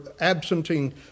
absenting